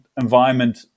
environment